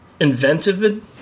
inventive